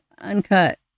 uncut